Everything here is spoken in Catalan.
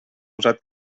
usat